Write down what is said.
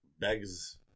begs